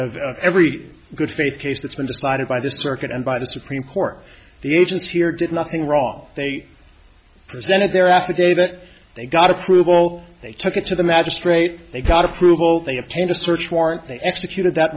as every good faith case that's been decided by the circuit and by the supreme court the agents here did nothing wrong they presented their affidavit they got approval they took it to the magistrate they got approval they obtained a search warrant they executed that